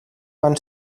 van